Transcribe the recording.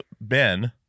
ben